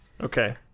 Okay